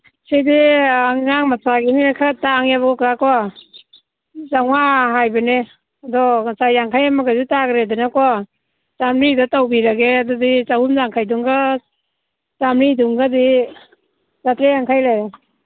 ꯁꯤꯗꯤ ꯑꯉꯥꯡ ꯃꯆꯥꯒꯤꯅꯦ ꯈꯔ ꯇꯥꯡꯉꯦꯕ ꯀꯀꯥꯀꯣ ꯆꯥꯝꯃꯉꯥ ꯍꯥꯏꯕꯅꯦ ꯑꯗꯣ ꯉꯁꯥꯏ ꯌꯥꯡꯈꯩ ꯑꯃꯒꯁꯨ ꯇꯥꯈ꯭ꯔꯦꯗꯅꯀꯣ ꯆꯥꯝꯃꯔꯤꯗ ꯇꯧꯕꯤꯔꯒꯦ ꯑꯗꯨꯗꯤ ꯆꯍꯨꯝ ꯌꯥꯡꯈꯩꯗꯨ ꯑꯃꯒ ꯆꯥꯝꯃꯔꯤꯗꯨꯝꯒꯗꯤ ꯆꯥꯇ꯭ꯔꯦꯠ ꯌꯥꯡꯈꯩ ꯂꯩꯔꯦ